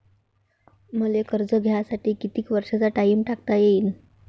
मले कर्ज घ्यासाठी कितीक वर्षाचा टाइम टाकता येईन?